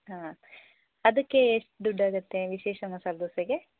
ಹಾಂ ಅದಕ್ಕೆ ಎಷ್ಟು ದುಡ್ಡಾಗತ್ತೆ ವಿಶೇಷ ಮಸಾಲೆ ದೋಸೆಗೆ